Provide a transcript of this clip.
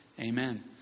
amen